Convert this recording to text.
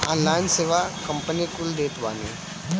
online सेवा company कुल देत बानी